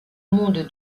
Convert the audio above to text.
monde